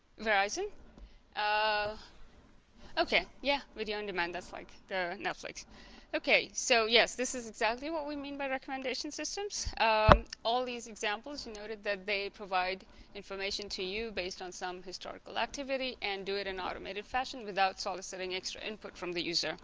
verizon oh okay yeah video-on-demand that's like their netflix okay so yes this is exactly what we mean by recommendation systems all these examples you know that they provide information to you based on some historical activity and do it an automated fashion without soliciting extra input from the user